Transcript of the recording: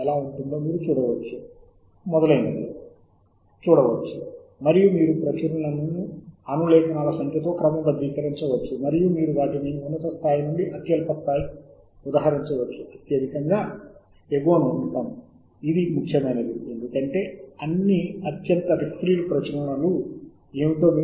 కుడి వైపున మీరు ఈ ఫలితాలను తేదీ అనులేఖనాలు మరియు ప్రస్తుతాన్వయము ద్వారా క్రమబద్ధీకరించవచ్చని చూడవచ్చు మరియు ఈ 3 చుక్కలలో మీరు నొక్కితే మీకు సార్టింగ్ చేయగల మరో 4 మార్గాలు లభిస్తాయి అవి తేదీ శోధన యొక్క విలోమం